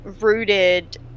rooted